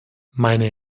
meine